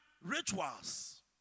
rituals